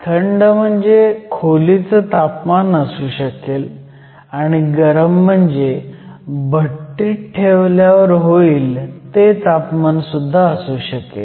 थंड म्हणजे खोलीचं तापमान असू शकेल आणि गरम म्हणजे भट्टीत ठेवल्यावर होईल ते तापमान असू शकेल